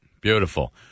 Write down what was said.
Beautiful